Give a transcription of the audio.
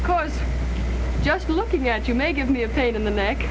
cause just looking at you may give me a pain in the neck